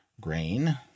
grain